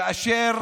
כאשר